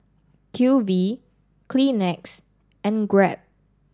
Q V Kleenex and Grab